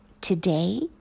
today